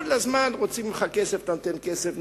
כל הזמן רוצים ממך כסף, אתה נותן כסף.